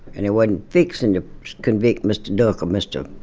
and they wasn't fixing to convict mr. duck or mr.